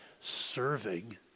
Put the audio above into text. serving